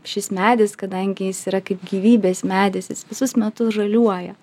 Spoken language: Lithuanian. šis medis kadangi jis yra kaip gyvybės medis jis visus metus žaliuoja